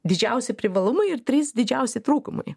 didžiausi privalumai ir trys didžiausi trūkumai